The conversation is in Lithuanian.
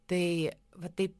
tai va taip